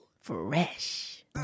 Fresh